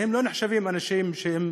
והם לא נחשבים אנשים שהם